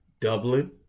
Dublin